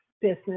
business